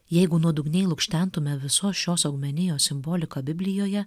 jeigu nuodugniai lukštentume visos šios augmenijos simboliką biblijoje